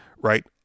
right